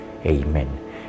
Amen